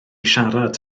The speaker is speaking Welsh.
siarad